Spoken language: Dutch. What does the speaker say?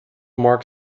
marc